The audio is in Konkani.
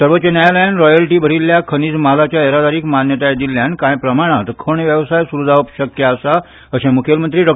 सवोच्च न्यायालयान रॉयल्टी भरील्ल्या खनिज मालाच्या येरादारीक मान्यताय दिल्ल्यान काय प्रमाणात खण वेवसाय सुरू जावप शक्य आसा अर्शे मुखेलमंत्री डॉ